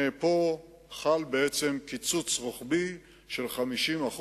פה חל בעצם קיצוץ רוחבי של 50%,